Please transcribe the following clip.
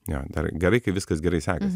jo dar gerai kai viskas gerai sekėsi